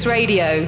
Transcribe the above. Radio